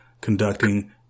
conducting